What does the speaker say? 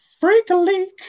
Freak-a-leak